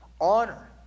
Honor